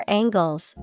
angles